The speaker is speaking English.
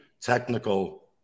technical